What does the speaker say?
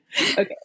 Okay